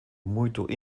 muito